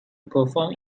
perform